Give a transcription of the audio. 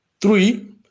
Three